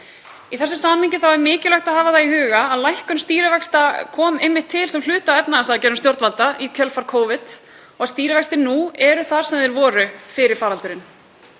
Í þessu samhengi er mikilvægt að hafa í huga að lækkun stýrivaxta kom einmitt til sem hluti af efnahagsaðgerðum stjórnvalda í kjölfar Covid og stýrivextir nú eru þar sem þeir voru fyrir faraldurinn,